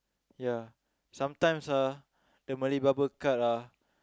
ya sometimes ah the Malay barber cut ah